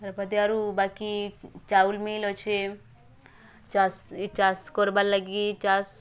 ଆରୁ ବାକି ଚାଉଲ୍ ମିଲ୍ ଅଛି ଚାଷ୍ ଇ ଚାଷ୍ କର୍ବାର୍ ଲାଗି ଚାଷ୍